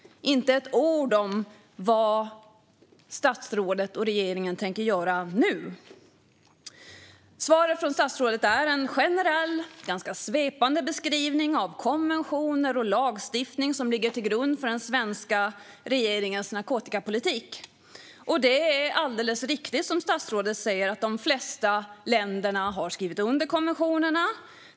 Det sägs inte ett ord om vad statsrådet och regeringen tänker göra nu. Svaret från statsrådet är en generell och ganska svepande beskrivning av konventioner och lagstiftning som ligger till grund för den svenska regeringens narkotikapolitik. Det är alldeles riktigt, som statsrådet säger, att de flesta länder har skrivit under konventionerna.